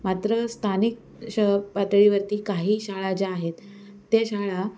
मात्र स्थानिक श पातळीवरती काही शाळा ज्या आहेत त्या शाळा